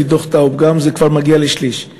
גם לפי דוח טאוב זה כבר מגיע לשליש.